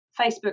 Facebook